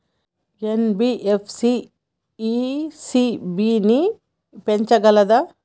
NBFC ECB ని పెంచగలదా?